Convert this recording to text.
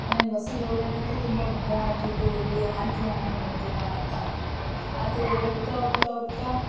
ನಂಗೆ ಬಸ್ಸಲ್ಲಿ ಓಡಾಡಕ್ಕೆ ತುಂಬ ಭಯ ಆಗ್ತಿತ್ತು ಎಲ್ಲಿ ವಾಂತಿ ಮಾಡ್ಕೊಂಡು ಬಿಡ್ತೀನೋ ಅಂತ ಆದರೆ ಹೋಗ್ತ ಹೋಗ್ತ ಹೋಗ್ತಾ